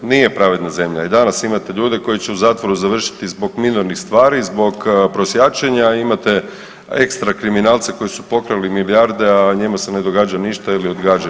Nije pravedna zemlja i danas imate ljudi koji će u zatvoru završiti zbog minornih stvari, zbog prosjačenja, a imate ekstra kriminalce koji su pokrali milijarde, a njima se ne događa ništa ili odgađa.